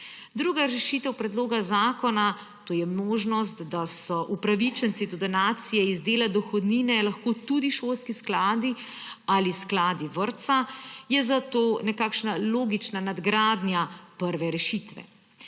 Druga rešitev predloga zakona, to je možnost, da so upravičenci do donacije iz dela dohodnine lahko tudi šolski skladi ali skladi vrtca, je zato nekakšna logična nadgradnja prve rešitve.